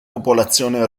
popolazione